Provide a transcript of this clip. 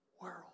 world